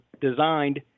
designed